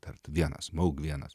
dar vienas moug vienas